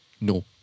no